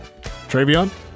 Travion